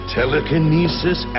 Telekinesis